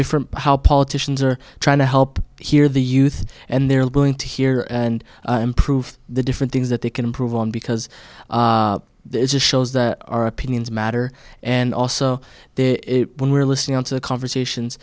different how politicians are trying to help here the youth and they're going to hear and improve the different things that they can improve on because this just shows that our opinions matter and also when we're listening to the conversations